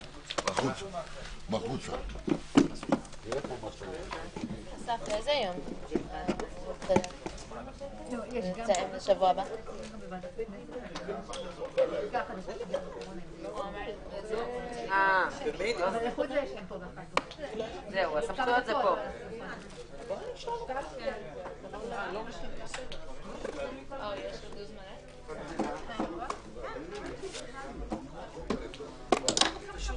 13:15.